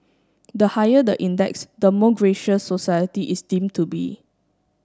the higher the index the more gracious society is deem to be